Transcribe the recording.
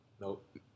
Nope